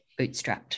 bootstrapped